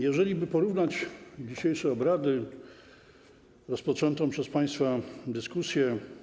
Jeżeliby porównać dzisiejsze obrady, rozpoczętą przez państwa dyskusję.